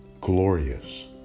glorious